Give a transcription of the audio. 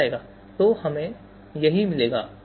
तो हमें यही मिलेगा